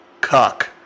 cuck